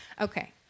okay